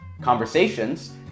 conversations